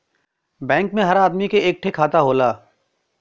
bank मे हर आदमी क एक ठे खाता होला